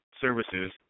services